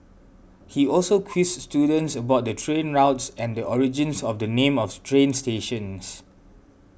he also quizzed students about the train routes and the origins of the names of train stations